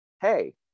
hey